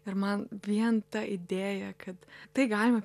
ir man vien ta idėja kad tai galima